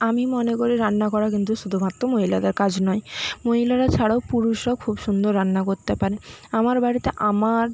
আমি মনে করি রান্না করা কিন্তু শুধুমাত্র মহিলাদের কাজ নয় মহিলারা ছাড়াও পুরুষরাও খুব সুন্দর রান্না করতে পারে আমার বাড়িতে আমার